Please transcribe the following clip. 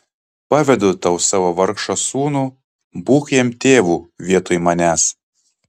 pavedu tau savo vargšą sūnų būk jam tėvu vietoj manęs